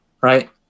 right